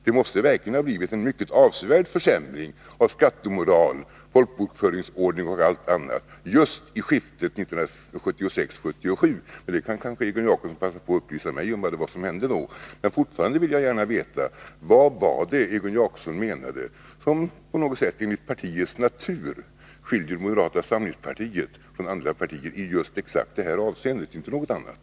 Det måste verkligen ha blivit en mycket avsevärd försämring av skattemoral, folkbokföringsordning och allt annat just i skiftet 1976-1977. Kanske Egon Jacobsson kan passa på att upplysa mig om vad det var som hände då. Fortfarande vill jag gärna veta: Vad var det Egon Jacobsson menade som på något sätt enligt partiets natur skiljer moderata samlingspartiet från andra partier — i just exakt detta avseende, inte något annat?